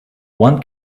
one